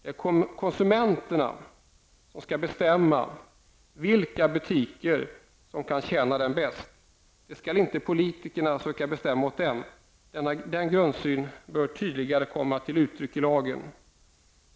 Det är konsumenterna som skall bestämma vilka butiker som kan tjäna dem bäst. Det skall inte politiker söka bestämma åt konsumenterna. Denna grundsyn bör tydligare komma till uttryck i lagen.